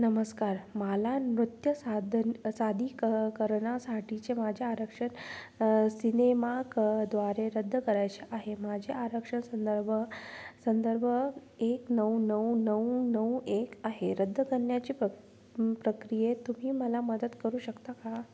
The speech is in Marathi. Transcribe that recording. नमस्कार मला नृत्य सादन सादी क करणासाठीचे माझे आरक्षण सिनेमाकद्वारे रद्द करायचे आहे माझे आरक्षण संदर्भ संदर्भ एक नऊ नऊ नऊ नऊ एक आहे रद्द करण्याच्या प्र प्रक्रियेत तुम्ही मला मदत करू शकता का